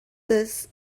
this